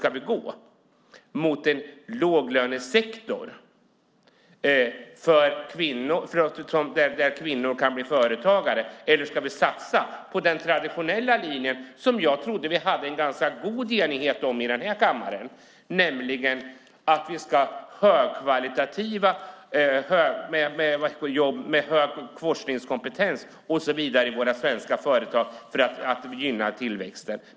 Ska vi gå mot en låglönesektor där kvinnor kan bli företagare, eller ska vi satsa på den traditionella linjen som jag trodde att vi hade en ganska god enighet om i denna kammare, nämligen att vi ska ha högkvalitativa jobb med hög forskningskompetens och så vidare i våra svenska företag för att gynna tillväxten?